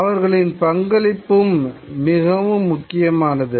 அவர்களின் பங்களிப்பும் மிகவும் முக்கியமானது